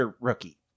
rookie